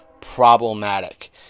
problematic